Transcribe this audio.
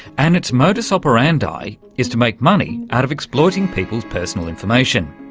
and its modus operandi is to make money out of exploiting people's personal information.